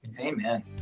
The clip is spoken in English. Amen